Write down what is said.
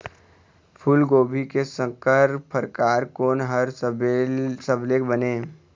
फूलगोभी के संकर परकार कोन हर सबले बने ये?